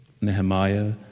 Nehemiah